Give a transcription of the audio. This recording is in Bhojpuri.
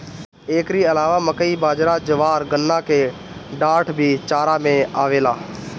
एकरी अलावा मकई, बजरा, ज्वार, गन्ना के डाठ भी चारा में आवेला